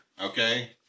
Okay